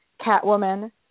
Catwoman